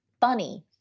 funny